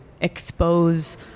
expose